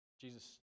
Jesus